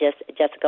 Jessica